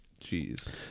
Jeez